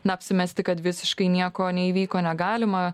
na apsimesti kad visiškai nieko neįvyko negalima